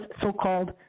so-called